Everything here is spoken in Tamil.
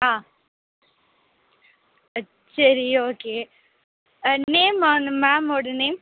ஆ ஆ சரி ஓகே நேம்மா அந்த மேம்மோடய நேம்